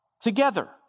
together